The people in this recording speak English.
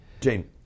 Jane